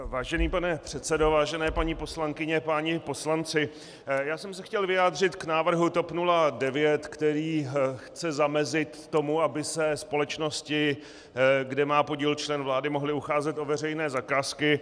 Vážený pane předsedo, vážené paní poslankyně, páni poslanci, já jsem se chtěl vyjádřit k návrhu TOP 09, který chce zamezit tomu, aby se společnosti, kde má podíl člen vlády, mohly ucházet o veřejné zakázky.